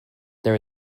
there